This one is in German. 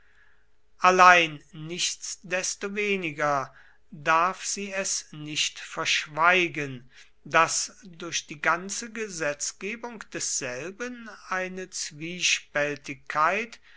allein nichtsdestoweniger darf sie es nicht verschweigen daß durch die ganze gesetzgebung desselben eine zwiespältigkeit